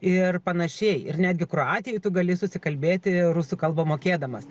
ir panašiai ir netgi kroatijoj tu gali susikalbėti rusų kalbą mokėdamas